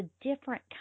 different